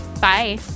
Bye